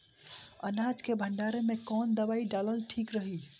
अनाज के भंडारन मैं कवन दवाई डालल ठीक रही?